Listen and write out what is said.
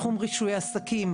תחום רישוי עסקים,